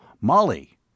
Molly